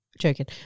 Joking